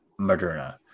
Moderna